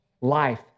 life